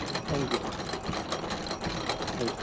G thank you thank